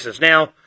Now